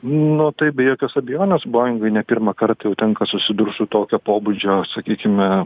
nu tai be jokios abejonės bojingui ne pirmą kartą jau tenka susidurt su tokio pobūdžio sakykime